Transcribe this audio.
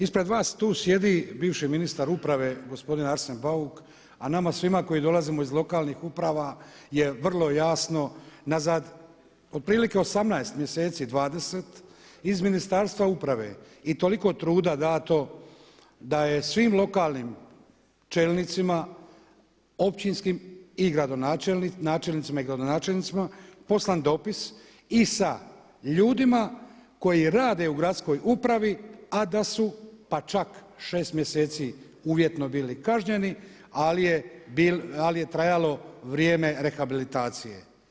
Ispred vas tu sjedi bivši ministar uprave gospodin Arsen Bauk, a nama svima koji dolazimo iz lokalnih uprava je vrlo jasno nazad, otprilike 18 mjeseci, 20 iz Ministarstva uprave je toliko truda dato da je svim lokalnim čelnicima općinskim i načelnicima i gradonačelnicima poslan dopis i sa ljudima koji rade u gradskoj upravi a da su pa čak 6 mjeseci uvjetno bili kažnjeni, ali je trajalo vrijeme rehabilitacije.